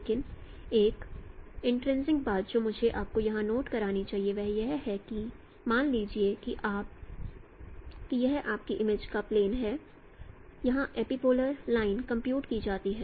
लेकिन एक इंटरेस्टिंग बात जो मुझे आपको यहाँ नोट करनी चाहिए वह यह है कि मान लीजिए कि यह आपकी इमेज का प्लेन है जहाँ एपीपोलर लाइने कंप्यूट की जाती है